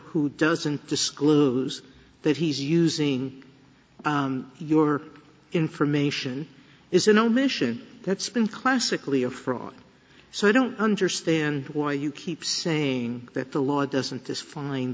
who doesn't disclose that he's using your information is an omission that's been classically a fraud so i don't understand why you keep saying that the law doesn't this fi